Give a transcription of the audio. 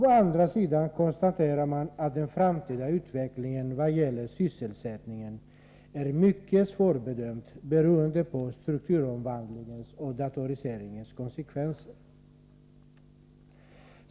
Å andra sidan konstateras att den framtida utvecklingen vad gäller sysselsättningen är mycket svårbedömd beroende på strukturomvandlingens och datoriseringens konsekvenser.